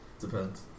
Depends